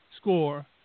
score